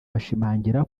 bashimangira